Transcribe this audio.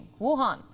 Wuhan